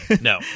No